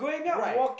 right